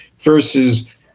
versus